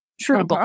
True